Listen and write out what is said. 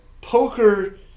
poker